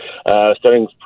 starting